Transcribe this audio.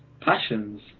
Passions